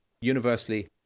universally